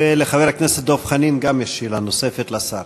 וגם לחבר הכנסת דב חנין יש שאלה נוספת לשר.